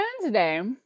Wednesday